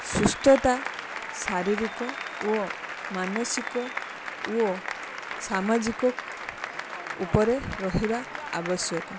ସୁସ୍ଥତା ଶାରୀରିକ ଓ ମାନସିକ ଓ ସାମାଜିକ ଉପରେ ରହିବା ଆବଶ୍ୟକ